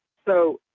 so,